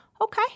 Okay